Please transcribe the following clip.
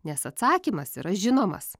nes atsakymas yra žinomas